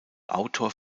autor